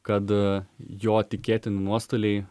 kad jo tikėtini nuostoliai